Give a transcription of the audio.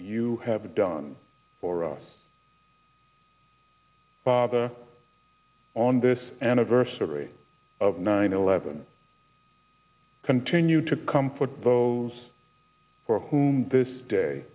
you have done for us bother on this anniversary of nine eleven continue to comfort those for whom this day